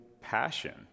passion